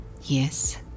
Yes